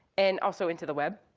and also into the web.